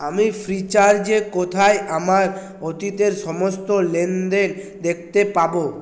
আমি ফ্রিচার্জে কোথায় আমার অতীতের সমস্ত লেনদেন দেখতে পাব